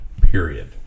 period